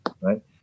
right